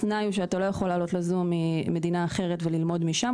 התנאי הוא שאתה לא יכול לעלות לזום ממדינה אחרת וללמוד משם.